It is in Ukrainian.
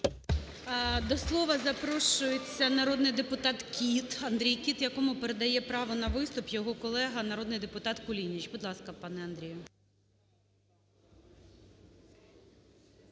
До слова запрошується народний депутат Кіт, Андрій Кіт, якому передає право на виступ його колега народний депутат Кулініч. Будь ласка, пане Андрію.